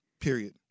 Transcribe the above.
Period